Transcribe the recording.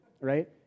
right